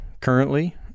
currently